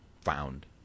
found